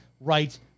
right